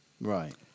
Right